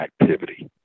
activity